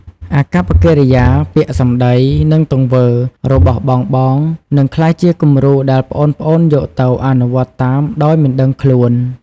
អាកប្បកិរិយា ពាក្យសម្ដី និងទង្វើ របស់បងៗ នឹងក្លាយជាគំរូដែលប្អូនៗយកទៅអនុវត្តតាមដោយមិនដឹងខ្លួន ។